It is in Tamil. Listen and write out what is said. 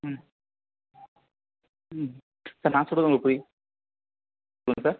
ம் ம் சார் நான் சொல்கிறது உங்களுக்கு புரி சொல்லுங்கள் சார்